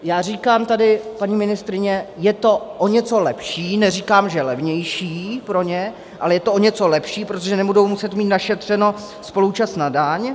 Já říkám tady, paní ministryně, je to o něco lepší, neříkám, že levnější pro ně, ale je to o něco lepší, protože nebudou muset mít našetřeno spoluúčast na daň.